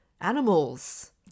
animals